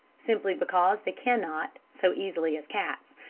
simply because they cannot, so easily as cats,